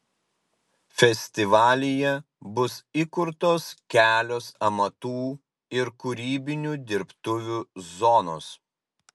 festivalyje bus įkurtos kelios amatų ir kūrybinių dirbtuvių zonos